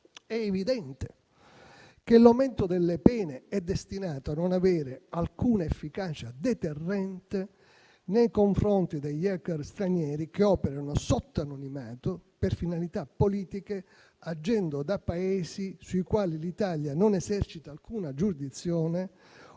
È evidente che l'aumento delle pene è destinato a non avere alcuna efficacia deterrente nei confronti degli *hacker* stranieri che operano sotto anonimato per finalità politiche, agendo da Paesi sui quali l'Italia non esercita alcuna giurisdizione o